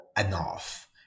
enough